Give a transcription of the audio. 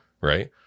Right